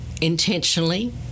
intentionally